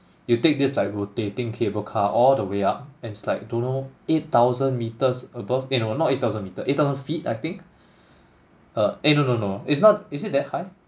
you take this like rotating cable car all the way up and it's like don't know eight thousand metres above eh no not eight thousand metre eight thousand feet I think uh eh no no no it's not is it that high